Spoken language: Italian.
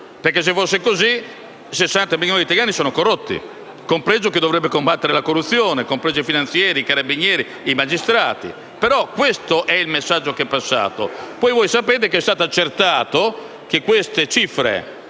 perché se fosse così 60 milioni di italiani sarebbero corrotti, compreso chi dovrebbe combattere la corruzione, compresi i carabinieri, i finanzieri e i magistrati. Questo è il messaggio che è passato. Voi poi sapete che è stato accertato che queste cifre